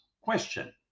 Question